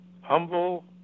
humble